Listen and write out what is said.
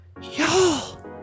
Y'all